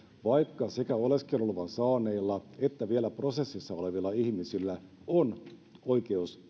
vaikka sekä oleskeluluvan saaneilla että vielä prosessissa olevilla ihmisillä on oikeus